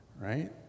right